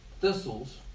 thistles